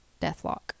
Deathlock